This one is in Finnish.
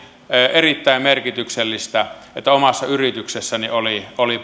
erittäin merkityksellistä että omassa yrityksessäni oli oli